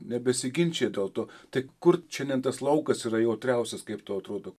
nebesiginčija dėl to tai kur šiandien tas laukas yra jautriausias kaip tau atrodo